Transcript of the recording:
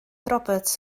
roberts